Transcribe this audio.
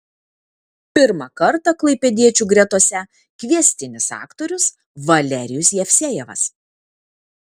pirmą kartą klaipėdiečių gretose kviestinis aktorius valerijus jevsejevas